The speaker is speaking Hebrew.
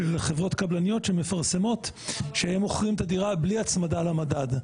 חברות קבלניות שמפרסמות שהם מוכרים את הדירה בלי הצמדה למדד.